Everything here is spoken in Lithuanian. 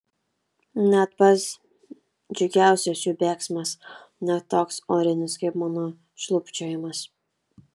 net pats džiugiausias jų bėgsmas ne toks orinis kaip mano šlubčiojimas